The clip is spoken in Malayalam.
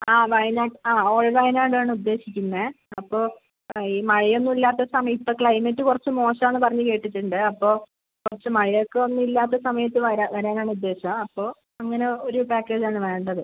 ആ വയനാട് ആ ഓൾ വയനാട് ആണ് ഉദ്ദേശിക്കുന്നത് അപ്പോൾ ഈ മഴയൊന്നുമില്ലാത്ത സമയത്ത് ഇപ്പം ക്ലൈമറ്റ് കുറച്ച് മോശം ആണെന്ന് പറഞ്ഞ് കേട്ടിട്ടുണ്ട് അപ്പോൾ കുറച്ച് മഴയൊക്കെ ഒനുമില്ലാത്ത സമയത്ത് വരാൻ വരാനാണ് ഉദ്ദേശം അപ്പോൾ അങ്ങനെ ഒരു പാക്കേജ് ആണ് വേണ്ടത്